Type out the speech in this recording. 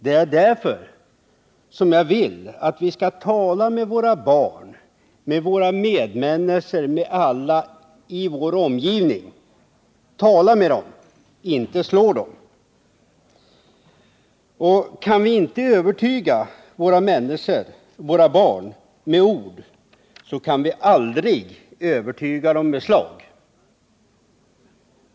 Det är därför som jag vill att vi skall tala med våra barn, med våra medmänniskor, med alla i vår omgivning — inte slå dem. Kan vi inte övertyga våra barn med ord, så kan vi aldrig övertyga dem med slag.